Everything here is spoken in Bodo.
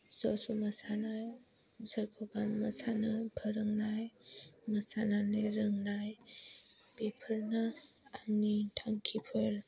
ज' ज' मोसानाय सोरखौबा मोसानो फोरोंनाय मोसानानै रोंनाय बेफोरनो आंनि थांखिफोर